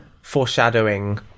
foreshadowing